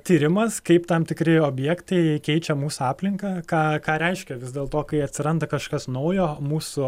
tyrimas kaip tam tikri objektai keičia aplinką ką ką reiškia vis dėlto kai atsiranda kažkas naujo mūsų